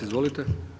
Izvolite.